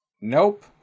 Nope